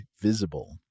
Visible